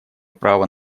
права